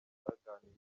baganiriye